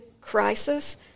crisis